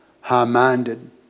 high-minded